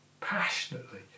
passionately